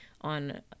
on